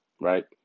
right